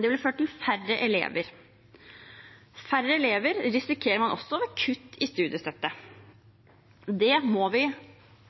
Det ville ført til færre elever. Færre elever risikerer man også ved kutt i studiestøtte. Det må vi